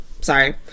Sorry